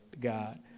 God